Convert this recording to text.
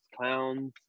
clowns